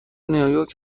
نیویورک